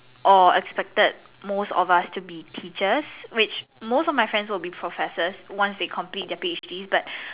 or expected most of us to be teachers which most of my friends will be professors once they complete their P_H_D but